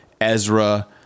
Ezra